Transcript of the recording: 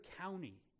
county